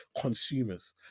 consumers